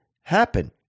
happen